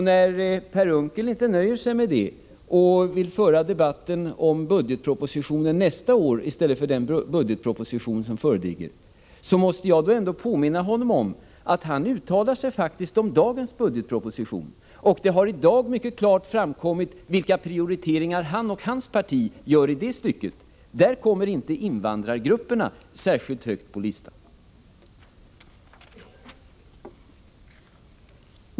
När Per Unckel inte nöjer sig med dem utan för debatten om budgetpropositionen nästa år i stället för om den budgetproposition som nu föreligger, måste jag ändå påminna honom om att han faktiskt uttalar sig om dagens budgetproposition. Det har i dag mycket klart framkommit vilka prioriteringar Per Unckel och hans parti gör. Där kommer inte invandrargrupperna särskilt högt på listan.